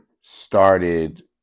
started